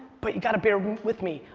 but you gotta bear with me,